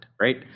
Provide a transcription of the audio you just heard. right